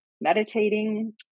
meditating